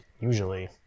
Usually